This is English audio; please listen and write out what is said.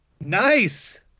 Nice